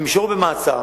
והם יישארו במעצר,